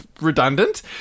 Redundant